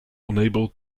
unable